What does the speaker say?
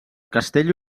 castell